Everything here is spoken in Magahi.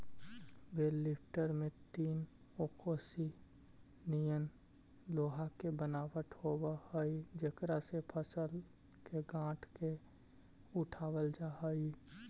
बेल लिफ्टर में तीन ओंकसी निअन लोहा के बनावट होवऽ हई जेकरा से फसल के गाँठ के उठावल जा हई